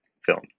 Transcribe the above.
film